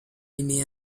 aimer